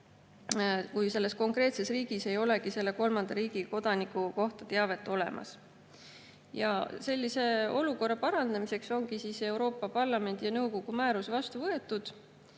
kui selles riigis ei olegi selle kolmanda riigi kodaniku kohta teavet. Sellise olukorra parandamiseks ongi Euroopa Parlamendi ja nõukogu määrus vastu võetud.